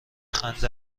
خندد